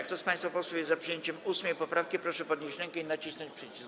Kto z państwa posłów jest za przyjęciem 8. poprawki, proszę podnieść rękę i nacisnąć przycisk.